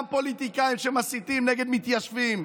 גם פוליטיקאים שמסיתים נגד מתיישבים,